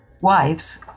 wives